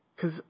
Cause